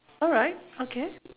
alright okay